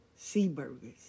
Seaburgers